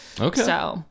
Okay